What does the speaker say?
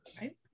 Right